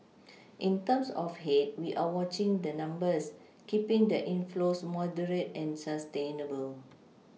in terms of head we are watching the numbers keePing the inflows moderate and sustainable